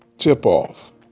tip-off